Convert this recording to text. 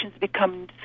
become